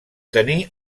tenir